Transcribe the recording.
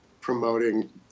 promoting